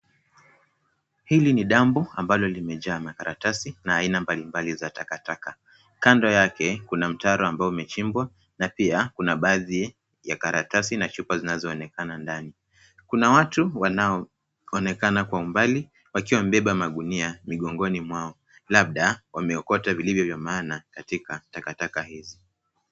Hili ni dampo, ambalo limejaa karatasi na aina mbalimbali za takataka. Kando yake, kuna mtaro ambao umechimbwa na pia, kuna baadhi ya karatasi na chupa zinazoonekana ndani. Kuna watu wanaoonekana kwa umbali wakiwa wamebeba magunia migongoni mwao, labda, wameokota vilivyo vya maana katika takataka hizi.